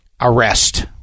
Arrest